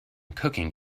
cooking